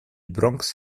bronx